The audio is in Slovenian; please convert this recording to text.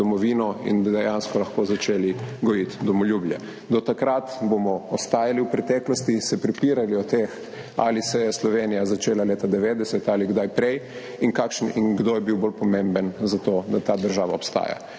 domovino in dejansko lahko začeli gojiti domoljubje. Do takrat bomo ostajali v preteklosti, se prepirali o tem, ali se je Slovenija začela leta 1990 ali kdaj prej, in kakšen in kdo je bil bolj pomemben za to, da ta država obstaja.